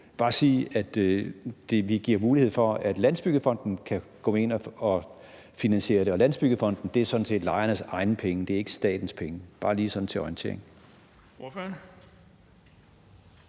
bare sige, at vi giver mulighed for, at Landsbyggefonden kan gå ind og finansiere det, og Landsbyggefonden er sådan set lejernes egne penge. Det er ikke statens penge. Det er bare lige sådan til orientering.